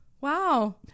Wow